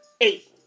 Eight